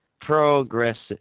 Progressive